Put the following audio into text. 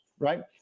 Right